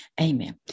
amen